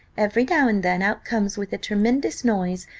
every now and then out comes with a tremendous noise,